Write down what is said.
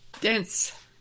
Dense